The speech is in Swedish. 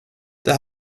det